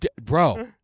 Bro